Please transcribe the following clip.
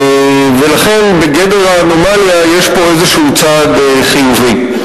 ולכן, בגדר האנומליה יש פה איזה צעד חיובי.